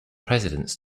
presidents